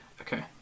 okay